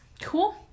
Cool